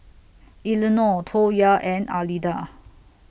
Elenor Toya and Alida